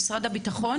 ממשרד הביטחון?